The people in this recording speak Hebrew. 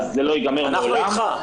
זה לא ייגמר לעולם,